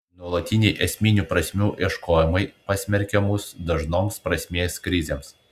nuolatiniai esminių prasmių ieškojimai pasmerkia mus dažnoms prasmės krizėms